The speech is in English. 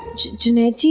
junaid, yeah